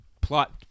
plot